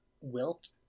Wilt